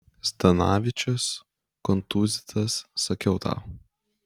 zdanavičius kontūzytas sakiau tau